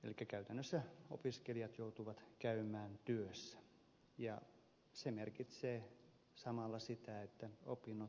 elikkä käytännössä opiskelijat joutuvat käymään työssä ja se merkitsee samalla sitä että opinnot helposti venyvät